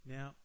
Now